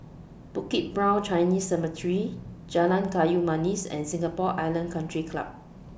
Bukit Brown Chinese Cemetery Jalan Kayu Manis and Singapore Island Country Club